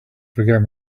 forget